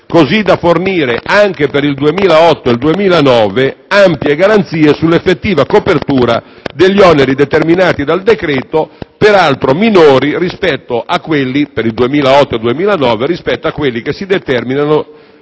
così da fornire anche per il 2008 e il 2009 ampie garanzie sull'effettiva copertura degli oneri determinati dal decreto-legge, peraltro minori, per quegli anni, rispetto a quelli che si determinano